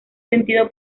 sentido